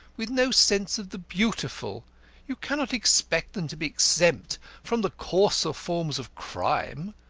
with no sense of the beautiful you cannot expect them to be exempt from the coarser forms of crime.